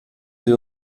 wir